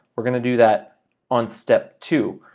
we're gonna do that on step two,